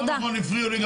גם לי הפריעו.